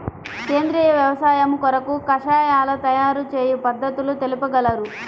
సేంద్రియ వ్యవసాయము కొరకు కషాయాల తయారు చేయు పద్ధతులు తెలుపగలరు?